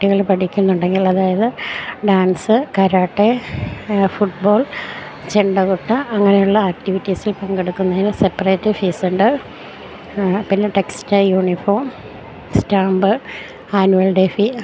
കുട്ടികൾ പഠിക്കുന്നുണ്ടെങ്കിൽ അതായത് ഡാൻസ് കരാട്ടെ ഫുട് ബോൾ ചെണ്ടകൊട്ട് അങ്ങനെയുള്ള ആക്ടിവിറ്റീസിൽ പങ്കെടുക്കുന്നതിനു സെപ്പറേറ്റ് ഫീസുണ്ട് പിന്നെ text uniform stamp annual day ഫീ